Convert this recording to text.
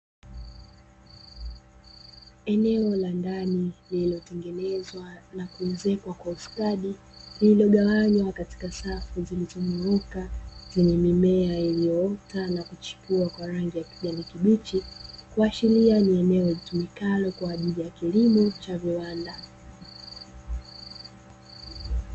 Eneo la ndani lililotengenezwa na kuezekwa kwa ustadi lililogawanywa katika safu zilizonyooka zenye mimea ilyoota na kuchipua kwa rangi ya kijani kibichi, kuashiria ni eneo litumikalo kwa ajili ya kilimo cha viwanda.